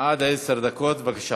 עד עשר דקות, בבקשה.